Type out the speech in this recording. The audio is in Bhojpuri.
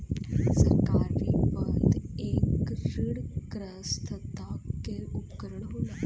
सरकारी बन्ध एक ऋणग्रस्तता के उपकरण होला